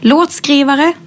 Låtskrivare